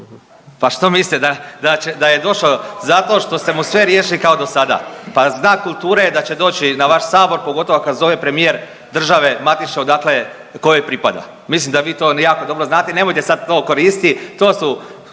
Pa što mislite da je došao zato što ste mu sve riješili kao do sada? Pa znak kulture je da će doći na vaš sabor, pogotovo ako zove premijer države matične odakle, kojoj pripada. Mislim da vi to jako dobro znate i nemojte sad to koristiti, to su